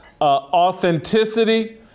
Authenticity